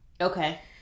Okay